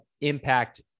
impact